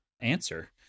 answer